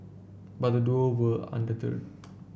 but the duo were undeterred